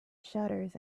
shutters